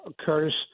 Curtis